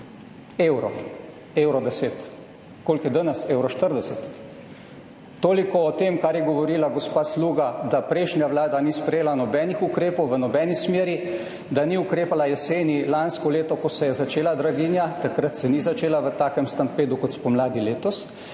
evro, 1,10 evra. Koliko je danes? 1,40 evra. Toliko o tem, kar je govorila gospa Sluga, da prejšnja vlada ni sprejela nobenih ukrepov v nobeni smeri, da ni ukrepala jeseni lansko leto, ko se je začela draginja. Takrat se ni začela v takem stampedu kot spomladi letos.